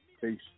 Peace